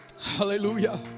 Hallelujah